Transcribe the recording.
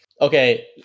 Okay